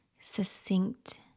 succinct